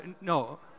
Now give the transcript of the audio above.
no